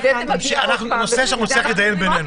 נושא שנצטרך להתדיין בו בינינו.